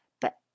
But